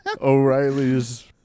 O'Reilly's